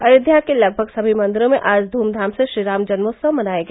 अयोध्या के लगभग सभी मंदिरों में आज धूमधाम से श्रीराम जन्मोत्सव मनाया गया